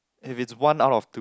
if it's one out of two